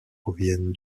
proviennent